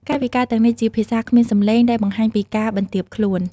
កាយវិការទាំងនេះជាភាសាគ្មានសំឡេងដែលបង្ហាញពីការបន្ទាបខ្លួន។